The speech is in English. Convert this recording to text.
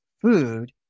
food